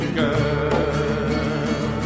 girl